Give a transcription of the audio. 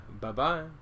bye-bye